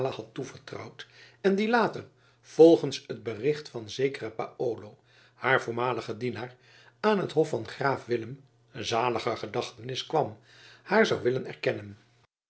toevertrouwd en die later volgens het bericht van zekeren paolo haar voormaligen dienaar aan het hof van graaf willem zaliger gedachtenis kwam haar zou willen erkennen